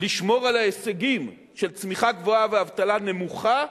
לשמור על ההישגים של צמיחה גבוהה ואבטלה נמוכה,